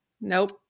Nope